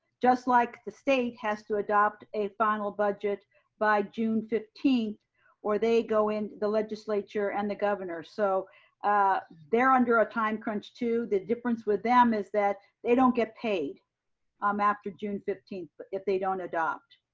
just like the state has to adopt a final budget by june fifteenth or they go in the legislature and the governor so they're under a time crunch too the difference with them is that they don't get paid um after june fifteenth but if they don't adopt,